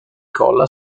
colla